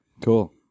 cool